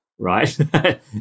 right